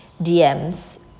DMs